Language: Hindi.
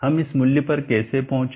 हम इस मूल्य पर कैसे पहुंचे